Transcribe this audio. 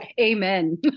amen